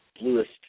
bluest